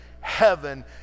heaven